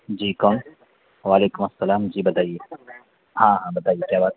جی کون وعلیکم السلام جی بتائیے ہاں ہاں بتائیے کیا بات ہے